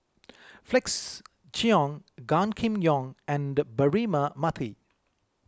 Felix Cheong Gan Kim Yong and Braema Mathi